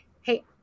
hey